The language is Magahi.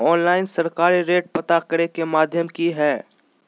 ऑनलाइन सरकारी रेट पता करे के माध्यम की हय?